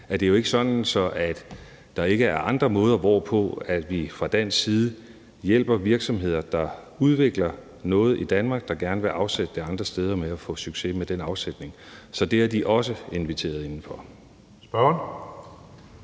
det jo ikke er sådan, at der ikke er andre måder, hvorpå vi fra dansk side hjælper virksomheder, der udvikler noget i Danmark og gerne vil afsætte det andre steder, med at få succes med den afsætning. Så der er de også inviteret indenfor.